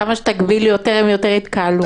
כמה שתגביל יותר, הם יותר יתקהלו.